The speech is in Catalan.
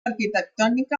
arquitectònica